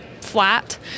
flat